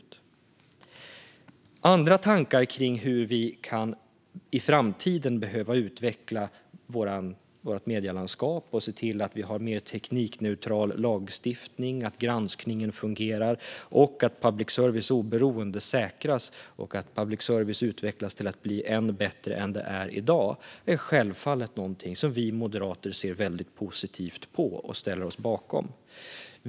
Det finns andra tankar kring hur vi i framtiden kan behöva utveckla vårt medielandskap. Det handlar om att se till att ha mer teknikneutral lagstiftning, att granskningen fungerar, att public services oberoende säkras och att public service utvecklas till att bli än bättre än i dag. Det ser vi moderater självfallet positivt på och ställer oss bakom.